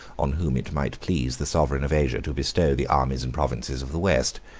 on whom it might please the sovereign of asia to bestow the armies and provinces of the west.